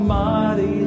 mighty